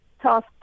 task